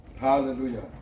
Hallelujah